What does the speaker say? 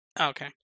Okay